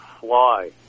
fly